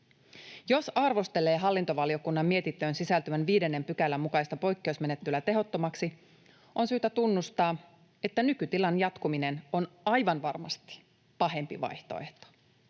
Jos arvostelee hallintovaliokunnan mietintöön sisältyvän 5 §:n mukaista poikkeusmenettelyä tehottomaksi, on syytä tunnustaa, että nykytilan jatkuminen on aivan varmasti pahempi vaihtoehto.